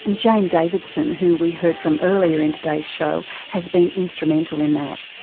and jane davidson, who we heard from earlier in today's show, has been instrumental in that.